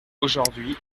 aujourd’hui